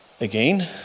Again